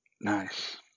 Nice